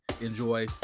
enjoy